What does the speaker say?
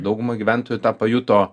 dauguma gyventojų tą pajuto